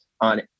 On